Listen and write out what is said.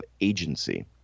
agency